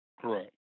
correct